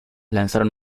lanzaron